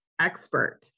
Expert